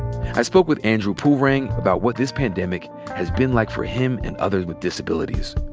i spoke with andrew pulrang about what this pandemic has been like for him and others with disabilities.